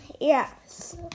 yes